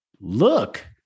look